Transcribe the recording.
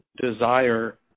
desire